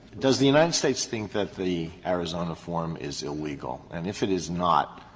does the united states think that the arizona form is illegal? and if it is not,